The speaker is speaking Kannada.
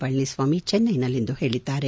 ಪಳನಿಸ್ನಾಮಿ ಚೆನ್ನೈನಲ್ಲಿಂದು ಹೇಳಿದ್ದಾರೆ